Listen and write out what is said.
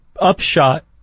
upshot